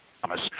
Thomas